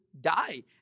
die